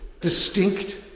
distinct